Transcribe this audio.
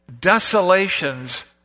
Desolations